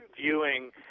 viewing